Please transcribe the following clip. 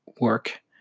work